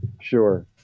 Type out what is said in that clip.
Sure